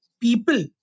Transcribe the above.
people